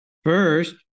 First